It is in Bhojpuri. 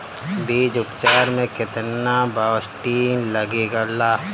बीज उपचार में केतना बावस्टीन लागेला?